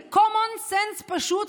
זה common sense פשוט,